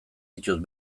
ditut